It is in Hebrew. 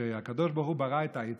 כשהקדוש ברוך הוא ברא את העצים,